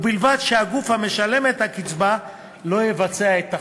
ובלבד שהגוף המשלם את הקצבה לא יבצע את החלוקה.